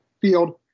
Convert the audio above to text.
field